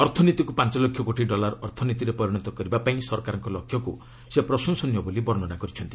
ଅର୍ଥନୀତିକୁ ପାଞ୍ଚଲକ୍ଷ କୋଟି ଡଲାର ଅର୍ଥନୀତିରେ ପରିଣତ କରିବା ପାଇଁ ସରକାରଙ୍କ ଲକ୍ଷ୍ୟକ୍ତ ସେ ପ୍ରଶଂସନୀୟ ବୋଲି ବର୍ଷ୍ଣନା କରିଛନ୍ତି